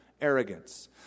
arrogance